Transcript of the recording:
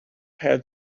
had